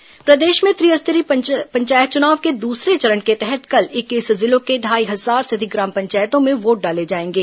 पंचायत चुनाव प्रदेश में त्रिस्तरीय पंचायत चुनाव के दूसरे चरण के तहत कल इक्कीस जिलों की ढ़ाई हजार से अधिक ग्राम पंचायतों में वोट डाले जाएंगे